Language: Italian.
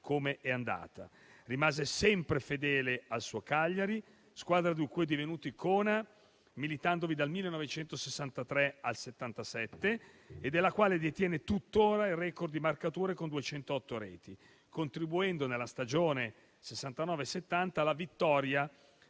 come è andata. Rimase sempre fedele al suo Cagliari, squadra di cui è divenuto icona, militandovi dal 1963 al 1977, e della quale detiene tuttora il *record* di marcature con 208 reti, contribuendo, nella stagione 1969-1970, alla vittoria